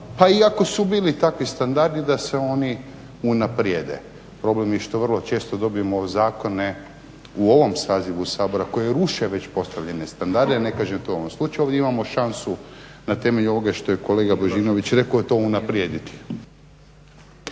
pa i ako su bili takvi standardi da se oni unaprijede. Problem je što vrlo često dobijemo zakone u ovom sazivu Sabora koji ruše već postavljene standarde. Ne kažem to u ovom slučaju. Ovdje imamo šansu na temelju ovoga što je kolega Božinović rekao to unaprijediti.